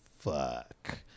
Fuck